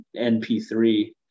NP3